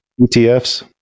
etfs